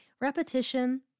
Repetition